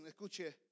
escuche